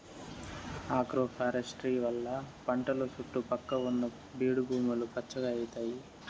agroforestry వల్ల పంటల సుట్టు పక్కల ఉన్న బీడు భూములు పచ్చగా అయితాయి